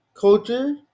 culture